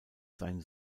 sein